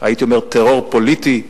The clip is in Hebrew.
הייתי אומר: טרור פוליטי,